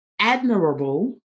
admirable